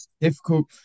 difficult